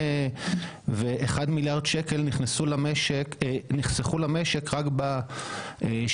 ש-61 מיליארד שקלים נחסכו למשק רק ב-2021,